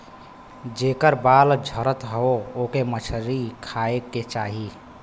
जेकर बाल झरत हौ ओके मछरी खाए के चाही